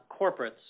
corporates